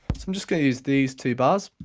so i'm just gonna use these two bars.